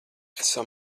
esam